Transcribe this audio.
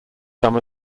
some